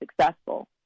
successful